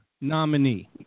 nominee